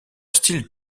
style